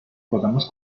podamos